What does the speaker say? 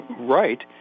right